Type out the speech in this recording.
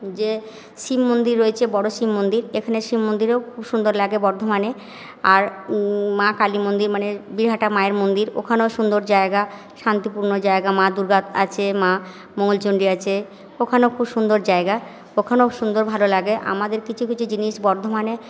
যে শিব মন্দির রয়েছে বড়ো শিব মন্দির এখানে শিব মন্দিরেও খুব সুন্দর লাগে বর্ধমানে আর মা কালী মন্দির মানে বীরহাটা মায়ের মন্দির ওখানেও সুন্দর জায়গা শান্তিপূর্ণ জায়গা মা দূর্গা আছে মা মঙ্গলচন্ডী আছে ওখানেও খুব সুন্দর জায়গা ওখানেও সুন্দর ভালো লাগে আমাদের কিছু কিছু জিনিস বর্ধমানে